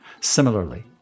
Similarly